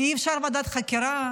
אי-אפשר ועדת חקירה,